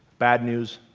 bad news,